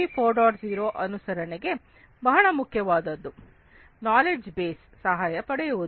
0 ಅನುಸರಣೆಗೆ ಬಹಳ ಮುಖ್ಯವಾದದ್ದು ನಾಲೆಡ್ಜ್ ಬೇಸ್ ಸಹಾಯ ಪಡೆಯುವುದು